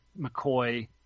McCoy